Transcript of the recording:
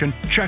check